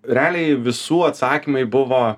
realiai visų atsakymai buvo